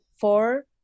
four